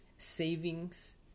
savings